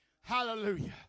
Hallelujah